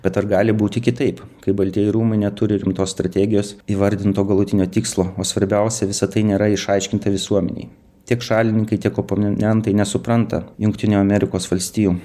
bet ar gali būti kitaip kai baltieji rūmai neturi rimtos strategijos įvardinto galutinio tikslo o svarbiausia visa tai nėra išaiškinta visuomenei tiek šalininkai tiek opon nentai nesupranta jungtinių amerikos valstijų